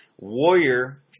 Warrior